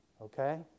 Okay